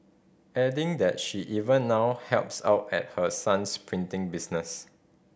adding that she even now helps out at her son's printing business